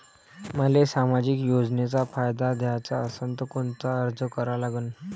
मले सामाजिक योजनेचा फायदा घ्याचा असन त कोनता अर्ज करा लागन?